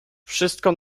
wszystko